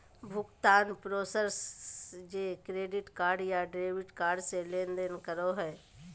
भुगतान प्रोसेसर जे credit card या डेबिट कार्ड से लेनदेन करो हइ